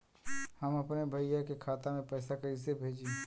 हम अपने भईया के खाता में पैसा कईसे भेजी?